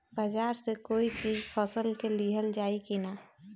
बाजार से कोई चीज फसल के लिहल जाई किना?